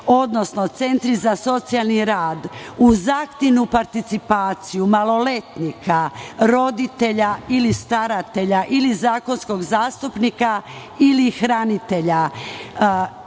odnosno centri za socijalni rad uz aktivnu participaciju maloletnika, roditelja ili staratelja ili zakonskog zastupnika ili hranitelja.